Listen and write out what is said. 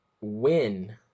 win